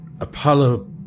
Apollo